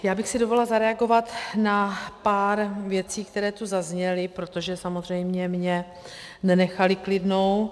Já bych si dovolila zareagovat na pár věcí, které tu zazněly, protože mě samozřejmě nenechaly klidnou.